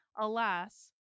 Alas